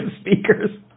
speakers